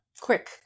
quick